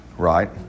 Right